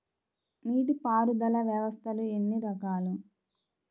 నీటిపారుదల వ్యవస్థలు ఎన్ని రకాలు?